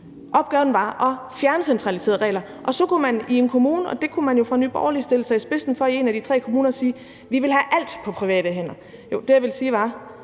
Opgaven var at fjerne centraliserede regler, og så kunne man i en kommune sige – og det kunne Nye Borgerlige jo sætte sig i spidsen for i en af de tre kommuner: Vi vil have alt på private hænder. Det har